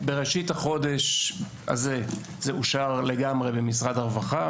בראשית החודש הזה זה אושר לגמרי במשרד הרווחה,